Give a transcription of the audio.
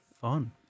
fun